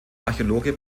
archäologe